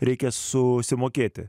reikia susimokėti